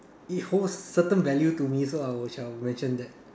it holds certain value to me so I will shall mention that